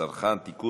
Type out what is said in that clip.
הצרכן (תיקון,